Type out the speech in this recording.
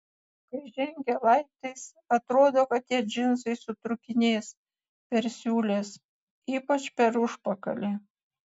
kai žengia laiptais atrodo kad tie džinsai sutrūkinės per siūles ypač per užpakalį